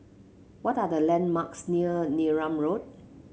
what are the landmarks near Neram Road